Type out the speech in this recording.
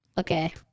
Okay